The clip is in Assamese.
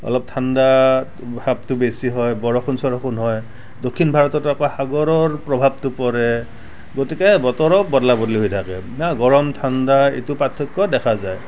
অলপ ঠাণ্ডা ভাৱটো বেছি হয় বৰষুণ চৰষুণ হয় দক্ষিণ ভাৰতত আকৌ সাগৰৰ প্ৰভাৱটো পৰে গতিকে বতৰো বদলা বদলি হৈ থাকে গৰম ঠাণ্ডা এইটো পাৰ্থক্য দেখা যায়